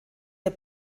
der